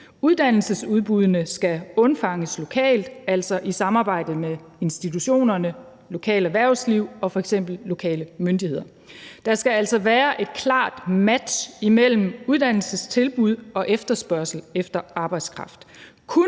Uddannelsesudbuddene skal undfanges lokalt, altså i samarbejde med institutionerne, det lokale erhvervsliv og f.eks. lokale myndigheder. Der skal altså være et klart match imellem uddannelsestilbud og efterspørgsel efter arbejdskraft.